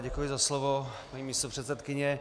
Děkuji za slovo, paní místopředsedkyně.